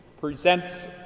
presents